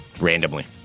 Randomly